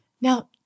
Now